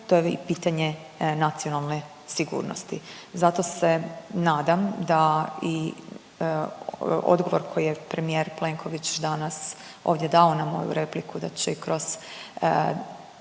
to je i pitanje nacionalne sigurnosti. Zato se nadam da i odgovor koji je premijer Plenković danas ovdje dao na moju repliku da će i kroz